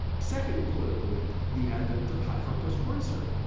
second political wind, the advent of high fructose corn syrup.